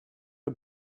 the